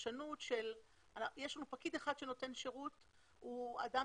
פרשנות של יש לנו פקיד אחד שנותן שירות והוא אדם